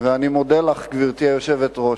ואני מודה לך, גברתי היושבת-ראש.